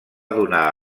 donar